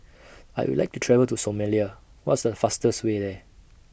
I Would like to travel to Somalia What's The fastest Way There